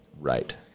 right